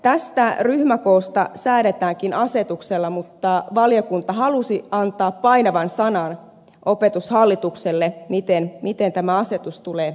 tästä ryhmäkoosta säädetäänkin asetuksella mutta valiokunta halusi antaa painavan sanan opetushallitukselle miten tämä asetus tulee kirjata